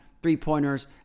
three-pointers